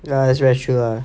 ya that's quite true lah